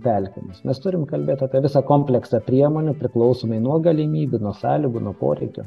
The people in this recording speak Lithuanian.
pelkėmis mes turim kalbėt apie visą kompleksą priemonių priklausomai nuo galimybių nuo sąlygų nuo poreikių